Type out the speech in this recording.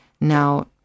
now